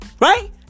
Right